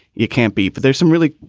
you can't be. but there's some really,